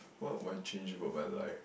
what will I change about my life